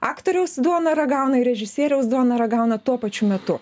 aktoriaus duoną ragauna ir režisieriaus duoną ragauna tuo pačiu metu